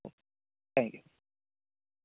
thank you